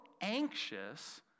anxious